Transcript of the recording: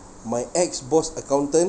my ex boss accountant